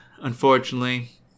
unfortunately